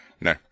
No